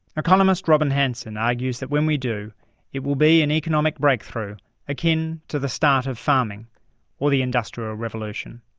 economist robin hanson argues that when we do it will be an economic breakthrough akin to the start of farming or the industrial revolution.